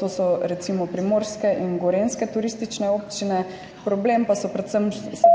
to so recimo primorske in gorenjske turistične občine. Problem pa so seveda